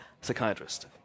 psychiatrist